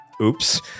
Oops